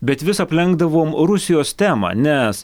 bet vis aplenkdavom rusijos temą nes